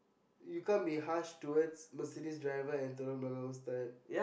you can't be harsh towards Mercedes driver and